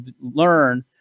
learn